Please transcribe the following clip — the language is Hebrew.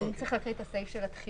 כן, צריך להקריא את הסעיף של הדחייה.